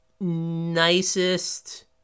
nicest